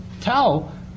tell